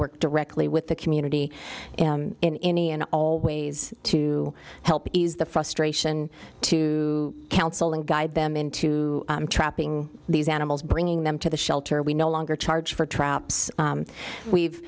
work directly with the community in any and all ways to help ease the frustration to counsel and guide them into trapping these animals bringing them to the shelter we no longer charge for traps we've